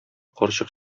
карчык